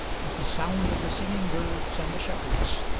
with the sound of the singing birds, and the shepherds,